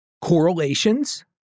correlations